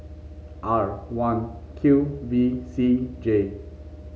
R one Q V C J